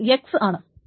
ഇത് X ആണ്